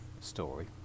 story